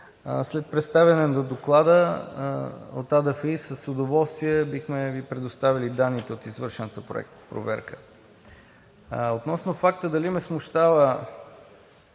след представяне на доклада от АДФИ – с удоволствие бихме Ви предоставили данните от извършената проверка. Относно въпроса Ви дали ме смущава